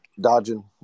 Dodging